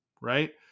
right